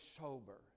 sober